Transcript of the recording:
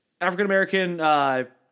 African-American